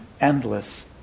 endless